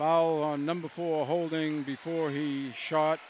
in on number four holding before he shot